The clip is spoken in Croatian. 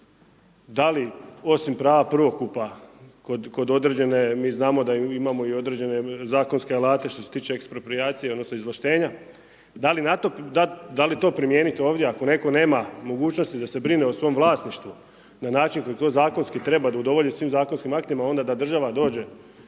Da li osim prava prvokupa kod određene, mi znamo da imamo i određene zakonske alate što se tiče eksproprijacije odnosno izvlaštenja, da li na to, da li to primijeniti ovdje? Ako netko nema mogućnosti da se brine o svim vlasništvu na način koji to zakonski treba da udovolji svim zakonskim aktima, onda da država dođe.